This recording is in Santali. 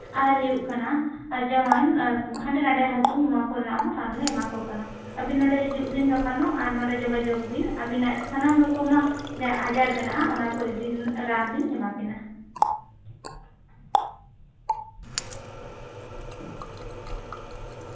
ᱟᱨ ᱦᱩᱭᱩᱜ ᱠᱟᱱᱟ ᱡᱮᱢᱚᱱ ᱦᱟᱸᱰᱮᱼᱱᱟᱰᱮ ᱦᱟᱥᱩ ᱡᱮᱢᱚᱱ ᱱᱚᱶᱟ ᱠᱚᱨᱮᱱᱟᱜ ᱦᱚᱸ ᱨᱟᱱ ᱞᱮ ᱮᱢᱟ ᱠᱚ ᱠᱟᱱᱟ ᱟᱵᱤᱱ ᱱᱚᱸᱰᱮ ᱦᱤᱡᱩᱜ ᱵᱤᱱ ᱜᱟᱯᱟᱱᱚᱜ ᱟᱨ ᱟᱵᱤᱱ ᱱᱚᱸᱰᱮ ᱡᱳᱜᱟᱡᱳᱜᱽ ᱵᱤᱱ ᱟᱵᱤᱱᱟᱜ ᱥᱟᱱᱟᱢ ᱨᱚᱠᱚᱢᱟᱜ ᱡᱟᱦᱟᱸ ᱟᱡᱟᱨ ᱢᱮᱱᱟᱜᱼᱟ ᱚᱱᱟ ᱠᱚ ᱨᱮᱱᱟᱜ ᱨᱟᱱ ᱞᱤᱧ ᱮᱢᱟ ᱵᱤᱱᱟ